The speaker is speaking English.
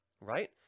right